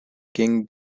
king